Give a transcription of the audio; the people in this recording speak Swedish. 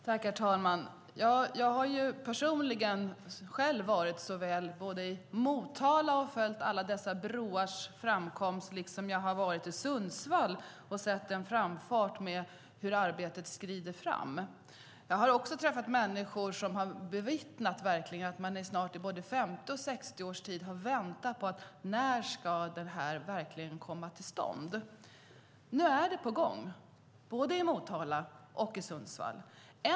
Herr talman! Jag har personligen varit både i Motala och följt dessa broars tillkomst och i Sundsvall och sett med vilken fart arbetet framskrider. Jag har också träffat människor som har vittnat om att man i både 50 och 60 års tid har väntat på att det här verkligen ska komma till stånd. Nu är det på gång, både i Motala och i Sundsvall.